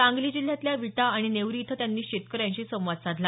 सांगली जिल्ह्यातल्या विटा आणि नेवरी इथं त्यांनी शेतकऱ्यांशी संवाद साधला